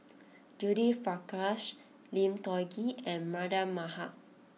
Judith Prakash Lim Tiong Ghee and Mardan Mamat